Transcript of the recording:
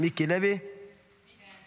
מיקי לוי, בבקשה.